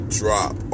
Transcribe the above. drop